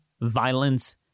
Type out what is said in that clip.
violence